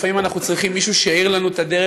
לפעמים אנחנו צריכים מישהו שיאיר לנו את הדרך,